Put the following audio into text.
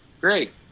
great